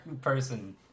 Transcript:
person